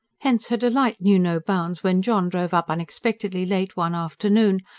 hence her delight knew no bounds when john drove up unexpectedly late one afternoon,